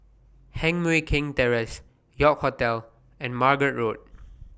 Heng Mui Keng Terrace York Hotel and Margate Road